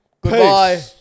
goodbye